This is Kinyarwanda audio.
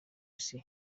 isi